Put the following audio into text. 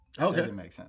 Okay